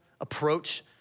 approach